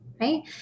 right